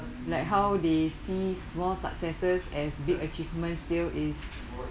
like how they see small successes as big achievement feel is